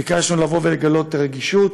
וביקשנו לגלות רגישות.